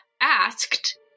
asked